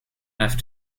enough